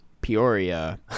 Peoria